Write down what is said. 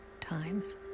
times